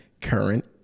current